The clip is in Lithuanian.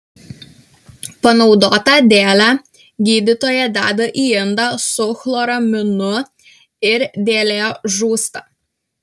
panaudotą dėlę gydytoja deda į indą su chloraminu ir dėlė žūsta